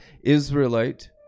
Israelite